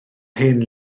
hen